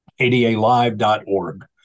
adalive.org